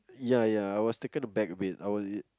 ya ya I was taken aback a bit I will